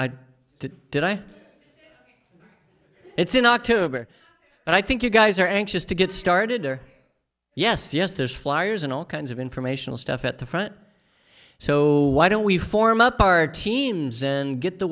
today it's in october and i think you guys are anxious to get started or yes yes there's fliers and all kinds of informational stuff at the front so why don't we form up our teams and get the